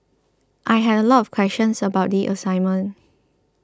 I had a lot of questions about the assignment